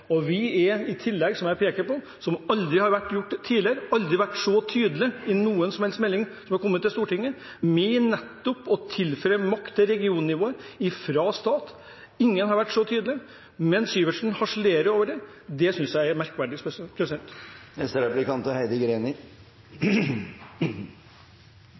har vi sagt det. Vi vil i tillegg, som jeg pekte på, som aldri har vært gjort tidligere, aldri har vært så tydelig i noen som helst melding som har kommet til Stortinget, nettopp tilføre makt til regionnivået fra staten. Ingen har vært så tydelig. Men Sivertsen harselerer over det, det synes jeg er merkverdig.